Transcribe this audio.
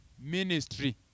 ministry